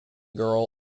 girl